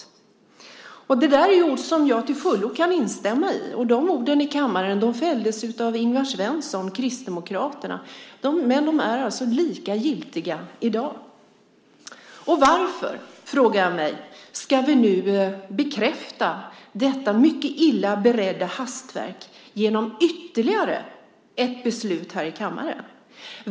Det är ord som jag till fullo kan instämma i. De orden fälldes i kammaren av Ingvar Svensson, Kristdemokraterna. De är lika giltiga i dag. Varför, frågar jag mig, ska vi nu bekräfta detta mycket illa beredda hastverk genom ytterligare ett beslut här i kammaren?